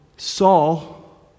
Saul